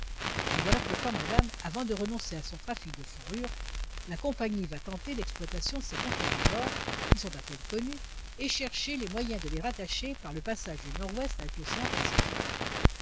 et voilà pourquoi madame avant de renoncer à son trafic des fourrures la compagnie va tenter l'exploitation de ces contrées du nord qui sont à peine connues et chercher les moyens de les rattacher par le passage du nord-ouest avec l'océan pacifique